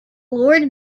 lord